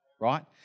right